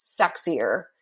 sexier